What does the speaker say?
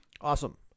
Awesome